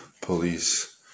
police